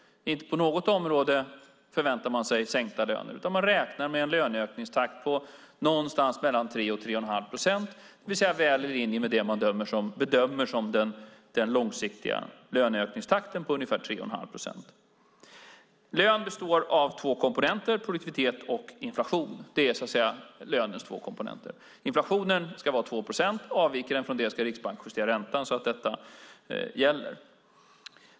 Inte på något område förväntar man sig sänkta löner. Man räknar med en löneökningstakt på någonstans mellan 3 och 3 1⁄2 procent, det vill säga väl i linje med det man bedömer som den långsiktiga löneökningstakten på ungefär 3 1⁄2 procent. Lön består så att säga av två komponenter, produktivitet och inflation. Inflationen ska vara 2 procent. Avviker den från det ska Riksbanken justera räntan så att detta gäller.